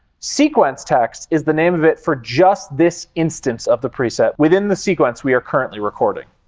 sequence text is the name of it for just this instance of the preset, within the sequence we are currently recording.